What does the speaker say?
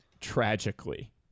Tragically